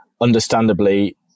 understandably